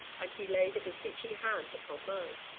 and he laid a beseeching hand upon mine.